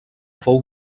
fou